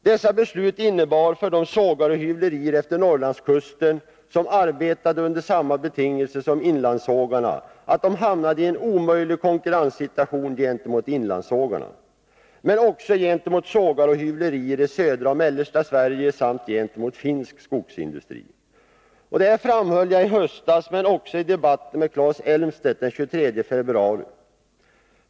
Detta beslut innebar för de sågar och hyvlerier efter Norrlandskusten som arbetade under samma betingelser som inlandssågarna att de hamnade i en omöjlig konkurrenssituation gentemot inlandssågarna, men också gentemot sågar och hyvlerier i södra och mellersta Sverige samt gentemot finsk skogsindustri. Detta framhöll jag i höstas, men också i debatten med Claes Elmstedt den 23 februari.